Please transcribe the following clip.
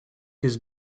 his